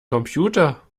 computer